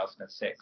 2006